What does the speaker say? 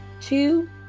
two